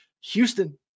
Houston